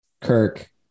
Kirk